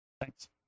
Thanks